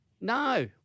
no